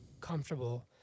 comfortable